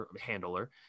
handler